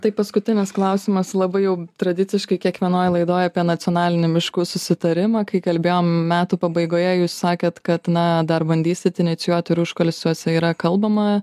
tai paskutinis klausimas labai jau tradiciškai kiekvienoj laidoj apie nacionalinį miškų susitarimą kai kalbėjom metų pabaigoje jūs sakėt kad na dar bandysit inicijuot ir užkulisiuose yra kalbama